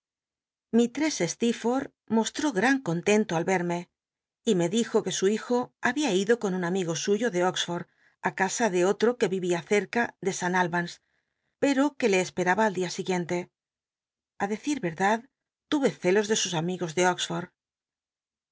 mistress stcetfotth mostró gran contento al r ermc y me dijo que su hijo babia ido con un amigo suyo de oxford i casa de ollo que ri'ia cerca de san albans pero que le esperaba al día siguiente a dccit rcrdatl tu re celos de sus am igos de